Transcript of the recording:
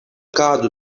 kādu